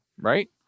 right